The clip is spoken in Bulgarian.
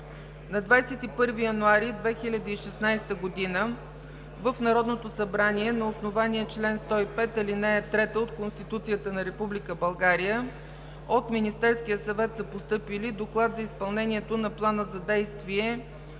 На 21 януари 2016 г. в Народното събрание на основание чл. 105, ал. 3 от Конституцията на Република България от Министерския съвет са постъпили Доклад за изпълнението на плана за действие